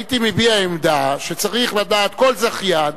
הייתי מביע עמדה שצריך לדעת כל זכיין,